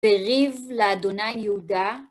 בריב לאדוני יהודה